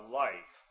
life